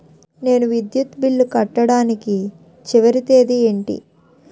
నేను విద్యుత్ బిల్లు కట్టడానికి చివరి తేదీ ఏంటి?